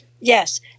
Yes